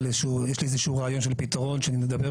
יש לי איזה שהוא רעיון של פתרון שאני אדבר